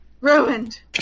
ruined